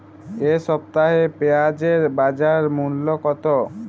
এ সপ্তাহে পেঁয়াজের বাজার মূল্য কত?